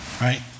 right